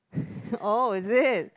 oh is it